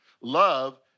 Love